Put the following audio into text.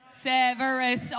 Severus